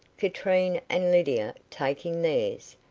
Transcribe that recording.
katrine and lydia taking theirs,